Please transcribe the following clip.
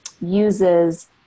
uses